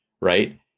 right